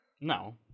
No